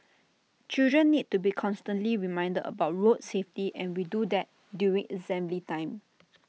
children need to be constantly reminded about road safety and we do that during assembly time